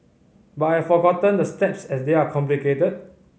but I have forgotten the steps as they are complicated